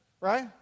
right